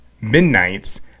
Midnight's